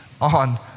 on